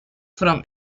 from